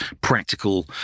practical